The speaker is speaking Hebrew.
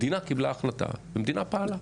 המדינה קיבלה החלטה והמדינה פעלה,